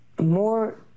more